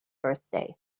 birthday